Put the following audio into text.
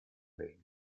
league